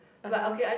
(uh huh)